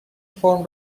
فرم